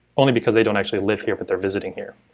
only because they don't actually live here but they're visiting here.